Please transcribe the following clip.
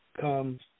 comes